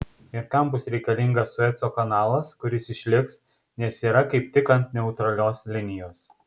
ir kam bus reikalingas sueco kanalas kuris išliks nes yra kaip tik ant neutralios linijos